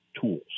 tools